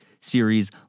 series